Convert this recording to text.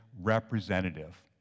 representative